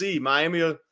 miami